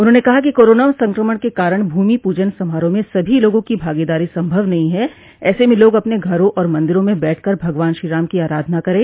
उन्होंने कहा कि कोरोना संक्रमण के कारण भूमि पूजन समारोह में सभी लोगों की भागीदारी संभव नहीं है ऐसे में लोग अपने घरों और मंदिरों में बैठकर भगवान श्रीराम की आराधना करे